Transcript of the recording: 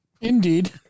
Indeed